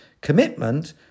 commitment